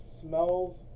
smells